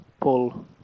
pull